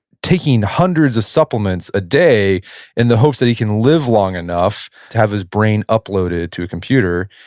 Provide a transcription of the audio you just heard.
taking hundreds of supplements a day in the hopes that he can live long enough to have his brain uploaded to a computer.